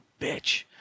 bitch